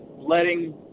letting